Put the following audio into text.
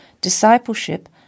discipleship